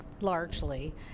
largely